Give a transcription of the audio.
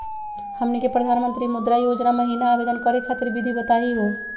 हमनी के प्रधानमंत्री मुद्रा योजना महिना आवेदन करे खातीर विधि बताही हो?